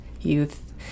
youth